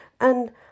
and